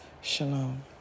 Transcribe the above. Shalom